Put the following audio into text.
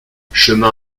chemin